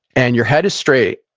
and your head is straight.